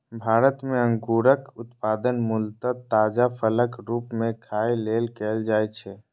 भारत मे अंगूरक उत्पादन मूलतः ताजा फलक रूप मे खाय लेल कैल जाइ छै